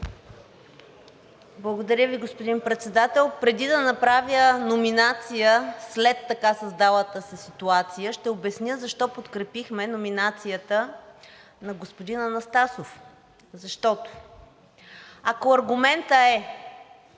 Благодаря Ви, господин Председател. Преди да направя номинация след така създалата се ситуация, ще обясня защо подкрепихме номинацията на господин Анастасов. Защото, ако аргументът е,